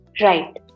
Right